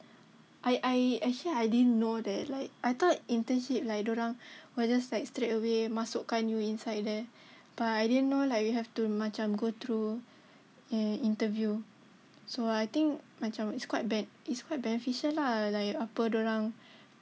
I I actually I didn't know that like I thought internship like diorang we're just like straight away masukkan you inside there but I didn't know like you have to macam go through an interview so I think macam it's quite ben~ it's quite beneficial lah like apa diorang